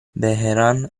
vehrehan